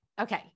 Okay